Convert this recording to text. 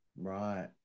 Right